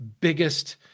biggest